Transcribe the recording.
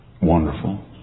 wonderful